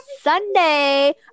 Sunday